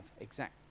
exact